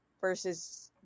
versus